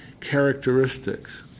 characteristics